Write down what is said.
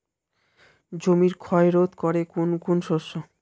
জমির ক্ষয় রোধ করে কোন কোন শস্য?